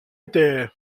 était